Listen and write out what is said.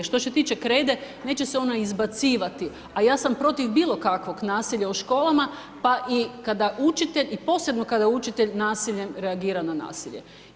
Što se tiče krede neće se ona izbacivati, a ja sam protiv bilo kakvog nasilja u školama, pa i kada učitelj i posebno kada učitelj nasiljem reagira na nasilje.